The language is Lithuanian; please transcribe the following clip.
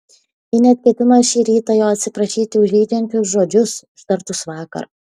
ji net ketino šį rytą jo atsiprašyti už žeidžiančius žodžius ištartus vakar